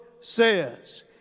says